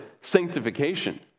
sanctification